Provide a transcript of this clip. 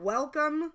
Welcome